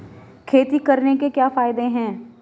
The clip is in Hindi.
खेती करने से क्या क्या फायदे हैं?